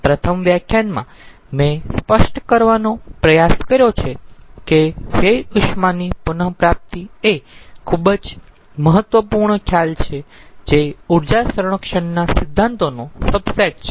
પ્રથમ વ્યાખ્યાનમાં મેં સ્પષ્ટ કરવાનો પ્રયાસ કર્યો છે કે વ્યય ઉષ્માની પુન પ્રાપ્તિ એ ખુબ જ મહત્વપૂર્ણ ખ્યાલ છે જે ઊર્જા સંરક્ષણના સિદ્ધાંતોનો સબસેટ છે